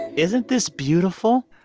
isn't this beautiful?